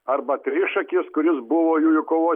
arba trišakis kuris buvo jųjų kovos